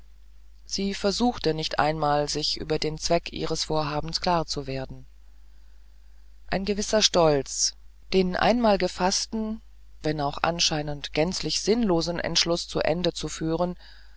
sie versuchte nicht einmal sich über den zweck ihres vorhabens klar zu werden ein gewisser stolz den einmal gefaßten wenn auch anscheinend gänzlich sinnlosen entschluß zu ende zu führen